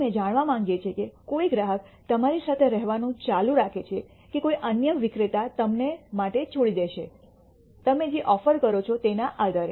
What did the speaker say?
અમે જાણવા માંગીએ છીએ કે કોઈ ગ્રાહક તમારી સાથે રહેવાનું ચાલુ રાખે છે કે કોઈ અન્ય વિક્રેતા તમને માટે છોડી દેશે તમે જે ઓફર કરો છો તેના આધારે